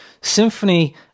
Symphony